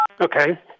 Okay